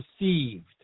received